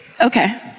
Okay